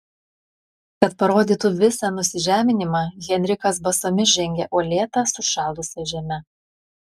kad parodytų visą nusižeminimą henrikas basomis žengė uolėta sušalusia žeme